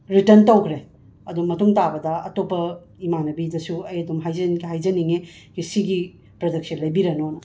return ꯇꯧꯈ꯭ꯔꯦ ꯑꯗꯣ ꯃꯇꯨꯡ ꯇꯥꯕꯗ ꯑꯇꯣꯞꯄ ꯏꯃꯥꯟꯅꯕꯤꯗꯁꯨ ꯑꯩ ꯑꯗꯨꯝ ꯍꯥꯏꯖꯤꯟ ꯍꯥꯏꯖꯅꯤꯡꯉꯦ ꯁꯤꯒꯤ ꯄ꯭ꯔꯗꯛꯁꯦ ꯂꯩꯕꯤꯔꯅꯣꯅ